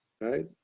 right